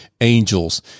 angels